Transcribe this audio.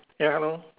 ya hello